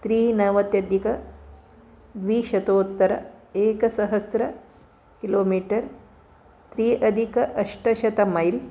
त्रिनवत्यधिकद्विशतोत्तर एकसहस्र किलोमीटर् त्रि अधिक अष्टशत मैल्